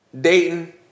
Dayton